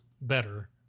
better